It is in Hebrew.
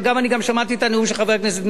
אני גם שמעתי את הנאום של חבר הכנסת מאיר שטרית,